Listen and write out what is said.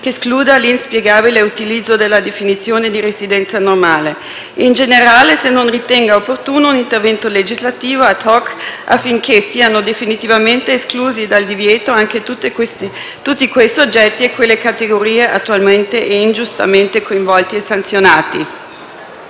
che escluda l'inspiegabile utilizzo della definizione di residenza normale. In generale, chiedo poi se non ritenga opportuno un intervento legislativo *ad hoc*, affinché siano definitivamente esclusi dal divieto anche tutti i soggetti e le categorie al momento attuale ingiustamente coinvolti e sanzionati.